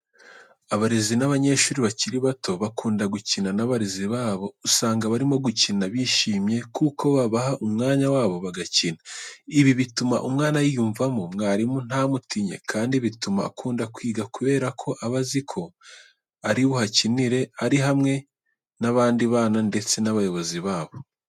Abarezi n'abanyeshuri bakiri bato bakunda gukina n'abarezi babo, usanga barimo gukina bishimye kuko babaha umwanya wabo bagakina. Ibi bituma umwana yiyumvamo mwarimu ntamutinye kandi bituma akunda kwiga kubera ko aba azi ko ari buhakinire ari hamwe n'abandi bana ndetse n'abayobozi babo.